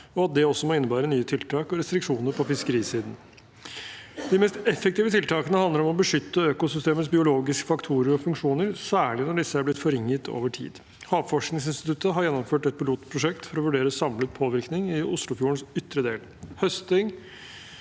og at det også må innebære nye tiltak og restriksjoner på fiskerisiden. De mest effektive tiltakene handler om å beskytte økosystemets biologiske faktorer og funksjoner, særlig når disse er blitt forringet over tid. Havforskningsinstituttet har gjennomført et pilotprosjekt for å vurdere samlet påvirkning i Oslofjordens ytre del. Høsting,